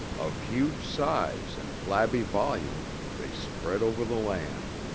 of huge size and flabby volume, they spread over the land.